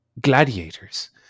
Gladiators